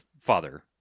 father